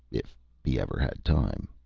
if he ever had time.